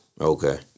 okay